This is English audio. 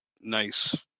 nice